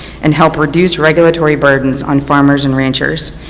and help reduce regulatory burdens on farmers and ranchers.